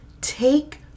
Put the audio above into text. Take